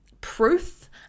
proof